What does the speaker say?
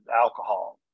alcohol